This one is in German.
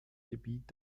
gebiet